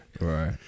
right